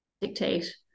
dictate